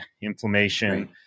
inflammation